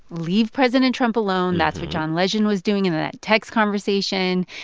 leave president trump alone. that's what john legend was doing in that text conversation.